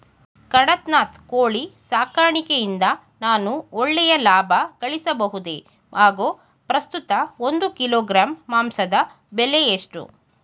ಕಡಕ್ನಾತ್ ಕೋಳಿ ಸಾಕಾಣಿಕೆಯಿಂದ ನಾನು ಒಳ್ಳೆಯ ಲಾಭಗಳಿಸಬಹುದೇ ಹಾಗು ಪ್ರಸ್ತುತ ಒಂದು ಕಿಲೋಗ್ರಾಂ ಮಾಂಸದ ಬೆಲೆ ಎಷ್ಟು?